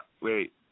Wait